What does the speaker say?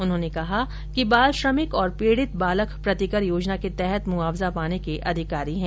उन्होंने कहा कि बाल श्रमिक और पीड़ित बालक प्रतिकर योजना के तहत मुआवजा पाने के अधिकारी हैं